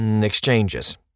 exchanges